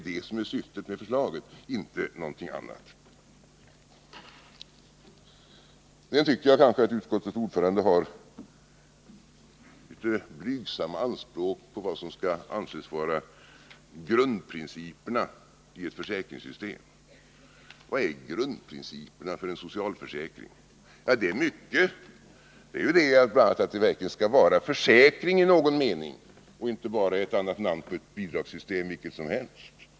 Det är syftet med förslaget — inte någonting annat. Jag tycker att utskottets ordförande har rätt blygsamma anspråk på vad som skall anses vara grundprinciperna i ett försäkringssystem. Vad är grundprinciperna för en socialförsäkring? Ja, det är mycket. Bl. a. skall det verkligen vara en försäkring i någon mening och inte bara ett annat namn på ett bidragssystem vilket som helst.